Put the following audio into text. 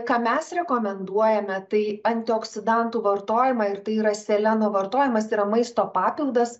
ką mes rekomenduojame tai antioksidantų vartojimą ir tai yra seleno vartojimas yra maisto papildas